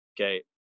okay